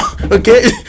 okay